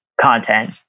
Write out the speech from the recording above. content